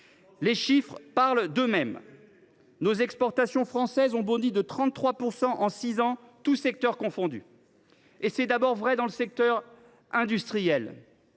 Les chiffres parlent d’eux mêmes. Les exportations françaises ont bondi de 33 % en six ans, tous secteurs confondus. C’est d’abord vrai dans le secteur industriel